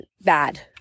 bad